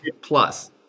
plus